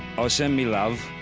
ah send me love,